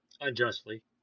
unjustly